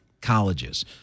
colleges